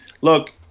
look